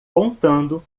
contando